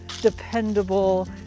dependable